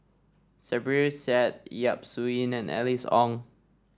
Zubir Said Yap Su Yin and Alice Ong